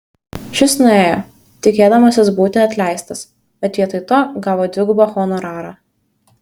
šis nuėjo tikėdamasis būti atleistas bet vietoj to gavo dvigubą honorarą